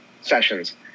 sessions